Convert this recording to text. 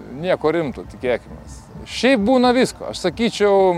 nieko rimto tikėkimės šiaip būna visko aš sakyčiau